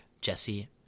Jesse